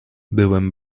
byłem